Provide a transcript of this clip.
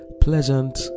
Pleasant